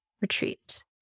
retreat